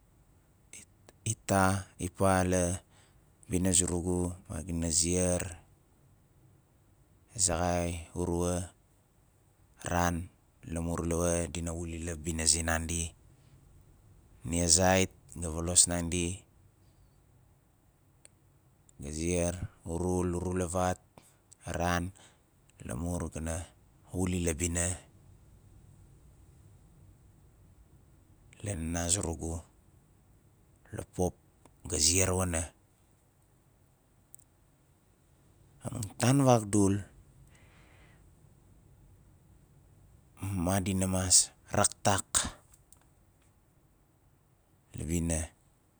It- ita ipa la bina zurugu madina ziar a zaxai, urua a ran lamur lawo diva wuli la bina zinandi nia zait ga volos nandi ga ziar urul, urulavat a ran lamur ga na wuli la bina la nana zurugu la pop ga ziar wana amun tan vagdul madina mas raktak la bina